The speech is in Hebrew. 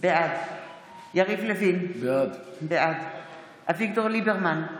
בעד יריב לוין, בעד אביגדור ליברמן,